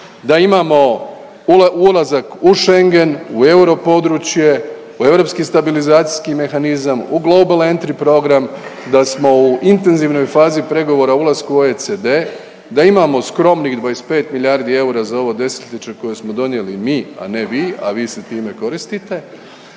da imamo ulazak u Schengen, u europodručje, u Europski stabilizacijski mehanizam, u Global Entry program, da smo u intenzivnoj fazi pregovora o ulasku u OECD, da imamo skromnih 25 milijardi eura za ovo desetljeće koje smo donijeli mi, a ne vi, a vi se time koristite,